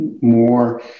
more